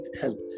help